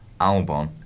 Albon